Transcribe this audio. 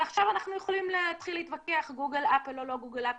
ועכשיו אנחנו יכולים להתחיל להתווכח כן גוגל אפל או לא גוגל אפל,